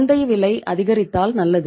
சந்தை விலை அதிகரித்தால் நல்லது